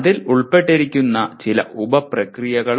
അതിൽ ഉൾപ്പെട്ടിരിക്കുന്ന ചില ഉപ പ്രക്രിയകളും